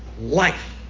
life